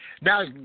Now